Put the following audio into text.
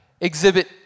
exhibit